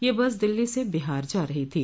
यह बस दिल्ली से बिहार जा रही थी